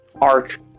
arc